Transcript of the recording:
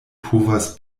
povas